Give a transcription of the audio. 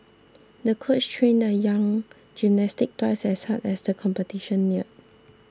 the coach trained the young gymnast twice as hard as the competition neared